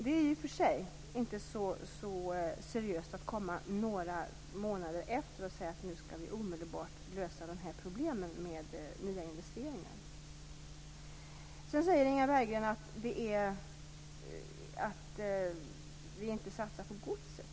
I och för sig är det inte så seriöst att komma några månader efter och säga att vi omedelbart skall lösa de här problemen med nya investeringar. Sedan säger Inga Berggren att vi inte satsar på godset.